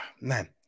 Man